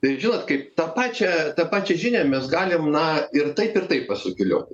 tai žinot kaip tą pačią tą pačią žinią mes galim na ir taip ir taip pasukelioti